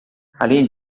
além